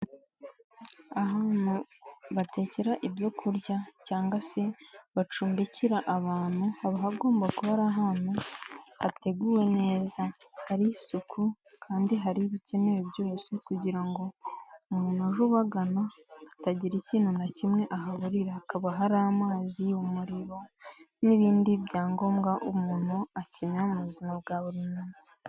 Aha ni aho batekera ibyo kurya, cyangwa se bacumbikira abantu, hagomba kuba ari ahantu hateguwe neza, hari isuku, kandi hari ibikenewe byose kugira ngo umuntu uje ubagana atagira ikintu na kimwe ahaburira, hakaba hari amazi n'umuriro n'ibindi byangombwa umuntu akenera mu buzima bwa buri munsi.